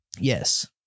Yes